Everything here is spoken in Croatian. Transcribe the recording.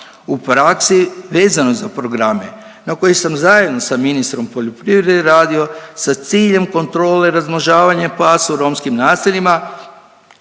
U praksi vezanoj za programe na koje sam zajedno sa ministrom poljoprivrede radio sa ciljem kontrole razmnožavanja pasa u romskim naseljima,